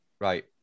Right